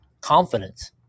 confidence